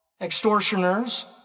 extortioners